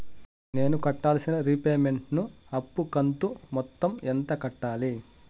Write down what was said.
నేను కట్టాల్సిన రీపేమెంట్ ను అప్పు కంతు మొత్తం ఎంత కట్టాలి?